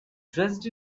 dressed